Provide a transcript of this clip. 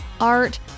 art